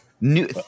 New